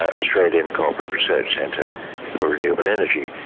ah australian cooperative research centre for renewable energy,